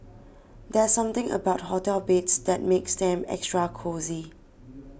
there's something about hotel beds that makes them extra cosy